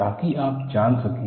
ताकि आप जान सकें